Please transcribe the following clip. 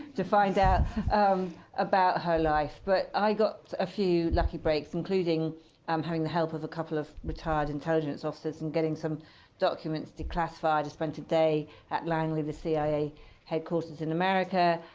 to find out um about her life. but i got a few lucky breaks, including um having the help of a couple of retired intelligence officers in getting some documents declassified. i spent a day at langley, the cia headquarters in america.